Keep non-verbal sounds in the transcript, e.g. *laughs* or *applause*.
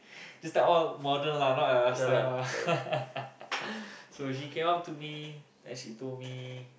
this type all model lah not like last time ah *laughs* so she came up to me then she told me